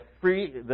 free